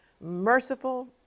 merciful